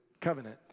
covenant